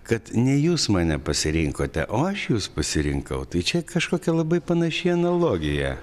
kad ne jūs mane pasirinkote o aš jus pasirinkau tai čia kažkokia labai panaši analogija